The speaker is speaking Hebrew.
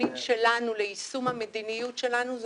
המנגנונים שלנו ליישום המדיניות שלנו זה